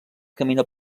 camina